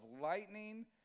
lightning